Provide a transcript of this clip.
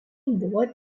buvo